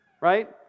right